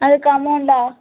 அதுக்கு அமௌண்டா